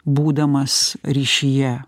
būdamas ryšyje